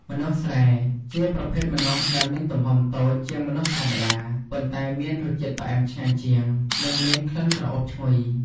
ម្នាស់ស្រែ ជាប្រភេទម្នាស់ដែលមានទំហំតូចជាងម្នាស់ធម្មតា ប៉ុន្តែមានរសជាតិផ្អែមឆ្ងាញ់ជាង និងមានក្លិនក្រអូបឈ្ងុយ។